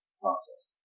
process